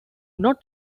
not